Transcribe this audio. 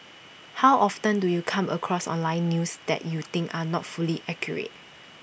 how often do you come across online news that you think are not fully accurate